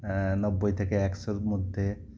নব্বই থেকে একশোর মধ্যে